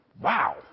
Wow